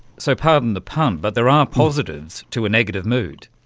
so pardon the pun but there are positives to a negative mood.